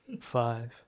Five